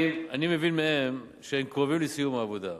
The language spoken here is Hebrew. אני מבין מהם שהם קרובים לסיום העבודה.